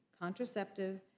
contraceptive